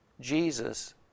Jesus